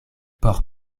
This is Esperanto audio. por